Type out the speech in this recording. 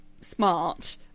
smart